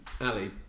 Ali